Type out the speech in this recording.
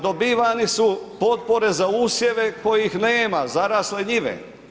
Dobivane su potpore za usjeve kojih nema, zarasle njive.